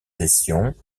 sessions